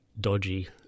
dodgy